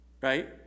Right